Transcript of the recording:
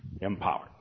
Empowered